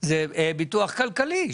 זה ביטוח כלכלי,